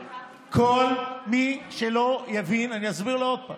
כל מי שלא יבין, אני אסביר לו עוד פעם